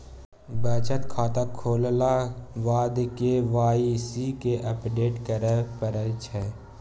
बचत खाता खोललाक बाद के वाइ सी केँ अपडेट करय परै छै